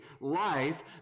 life